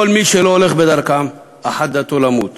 כל מי שלא הולך בדרכם, אחת דתו: למות.